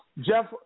Jeff